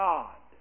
God